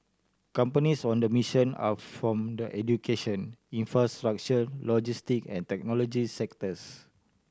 companies on the mission are from the education infrastructure logistic and technology sectors